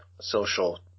social